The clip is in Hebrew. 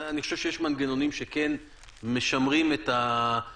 אני חושב שיש מנגנונים שמשמרים את הפרטיות,